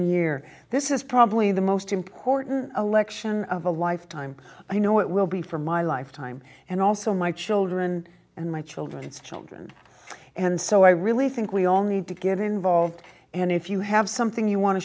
year this is probably the most important election of a lifetime i know it will be for my lifetime and also my children and my children's children and so i really think we all need to get involved and if you have something you wan